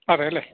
അതേ അല്ലേ